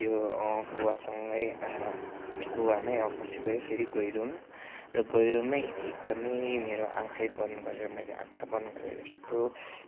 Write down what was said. त्यो कुवासँगै कुवामै पसिगयो फेरि गैह्रोमा र गैह्रोमै एकदमै मेरो आँखै बन्द गरेर मैले आँखा बन्द गरेर यस्तो